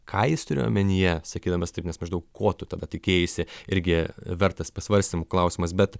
ką jis turėjo omenyje sakydamas taip nes maždaug ko tu tada tikėjaisi irgi vertas pasvarstymų klausimas bet